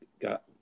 got